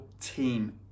team